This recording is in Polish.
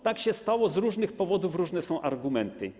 Stało się tak z różnych powodów, różne są argumenty.